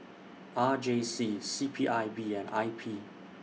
R J C C P I B and I P